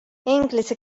inglise